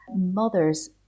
mothers